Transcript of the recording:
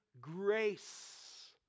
grace